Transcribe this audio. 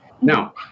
Now